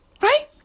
Right